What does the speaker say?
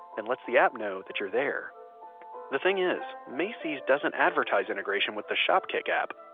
and let's the app know that you're there the thing is, macy's doesn't advertise integration with the shopkick app.